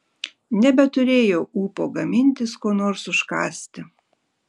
nebeturėjau ūpo gamintis ko nors užkąsti